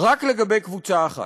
רק לגבי קבוצה אחת.